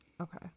Okay